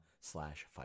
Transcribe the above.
slash